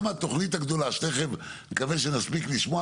גם התוכנית הגדולה שתיכף אני מקווה שנספיק לשמוע